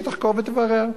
שהיא תחקור ותברר,